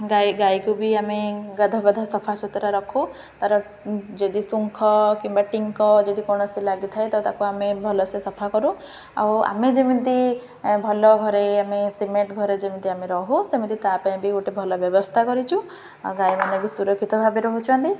ଗାଈ ଗାଈକୁ ବି ଆମେ ଗାଧାପାଧା ସଫା ସୁୁତୁରା ରଖୁ ତା'ର ଯଦି ଶୁଙ୍ଖ କିମ୍ବା ଟିଙ୍କ ଯଦି କୌଣସି ଲାଗିଥାଏ ତ ତା'କୁ ଆମେ ଭଲସେ ସଫା କରୁ ଆଉ ଆମେ ଯେମିତି ଭଲ ଘରେ ଆମେ ସିମେଣ୍ଟ୍ ଘରେ ଯେମିତି ଆମେ ରହୁ ସେମିତି ତା ପାଇଁ ବି ଗୋଟେ ଭଲ ବ୍ୟବସ୍ଥା କରିଛୁ ଆଉ ଗାଈମାନେ ବି ସୁରକ୍ଷିତ ଭାବେ ରହୁଛନ୍ତି